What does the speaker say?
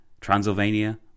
Transylvania